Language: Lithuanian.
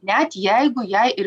net jeigu jai ir